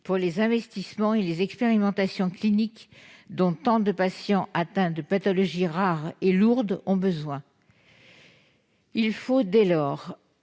des investissements et des expérimentations cliniques dont tant de patients atteints de pathologies rares et lourdes ont besoin. À défaut de